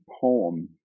poem